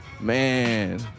Man